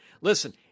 Listen